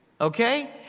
Okay